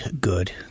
good